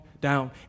down